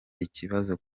ikibazo